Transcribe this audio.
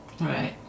Right